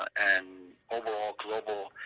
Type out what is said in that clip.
and overall global